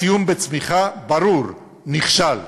הציון בצמיחה ברור: נכשל.